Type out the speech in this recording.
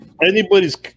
anybody's